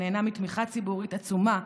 שנהנה מתמיכה ציבורית עצומה,